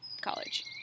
college